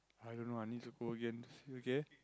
i don't know I need to go against